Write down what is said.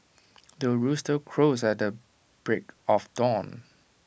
the rooster crows at the break of dawn